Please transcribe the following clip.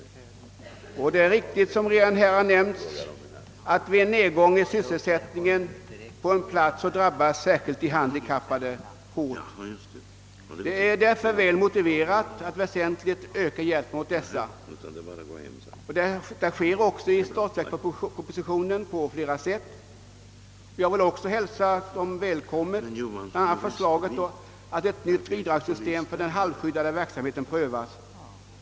Det är viktigt, som redan nämnts, att särskilt uppmärksamma att de handikappade drabbas hårt vid en nedgång i sysselsättningen på en plats, och det är därför väl motiverat att väsentligt öka hjälpen på detta område. Sådan hjälp föreslås också på olika sätt i statsverkspropositionen. Jag vill bl.a. välkomna förslaget att ett nytt bidragssystem för den halvskyddade verksamheten prövas.